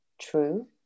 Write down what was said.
true